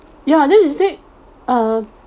ya then just said uh